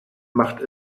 macht